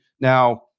Now